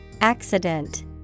Accident